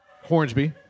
Hornsby